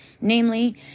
namely